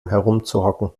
herumzuhocken